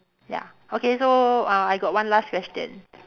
ya okay so uh I got one last question